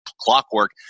clockwork